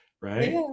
right